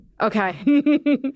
Okay